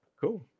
Cool